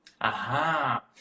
Aha